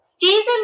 season